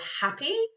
happy